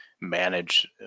manage